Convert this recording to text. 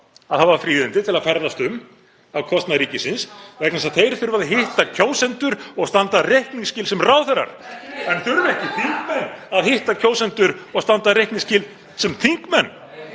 að hafa fríðindi til að ferðast um á kostnað ríkisins vegna þess að þeir þurfa að hitta kjósendur og standa reikningsskil sem ráðherrar. (Gripið fram í.) En þurfa ekki þingmenn að hitta kjósendur og standa reikningsskil sem þingmenn?